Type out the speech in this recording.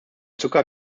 zucker